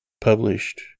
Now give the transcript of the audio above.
published